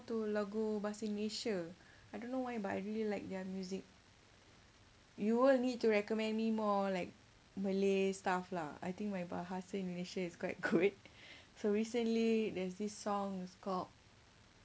to bahasa indonesia I don't know why but I really like their music you won't need to recommend me more like malay stuff lah I think my bahasa indonesia is quite good so recently there's this song it's called